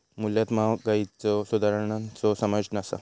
मूल्यात महागाईच्यो सुधारणांचो समावेश नसा